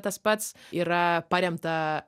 tas pats yra paremta